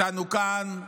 אותנו כאן,